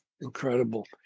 Incredible